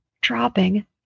dropping